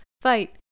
fight